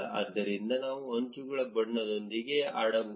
ಆದ್ದರಿಂದ ನಾವು ಅಂಚುಗಳ ಬಣ್ಣದೊಂದಿಗೆ ಆಡಬಹುದು